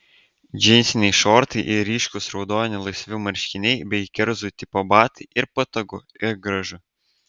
džinsiniai šortai ir ryškūs raudoni laisvi marškiniai bei kerzų tipo batai ir patogu ir gražu